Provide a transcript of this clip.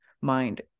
mind